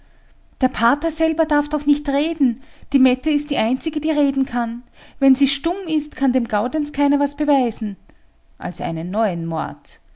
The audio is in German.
der pater selber darf doch nicht reden die mette ist die einzige die reden kann wenn sie stumm ist kann dem gaudenz keiner was beweisen als einen neuen mord